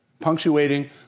punctuating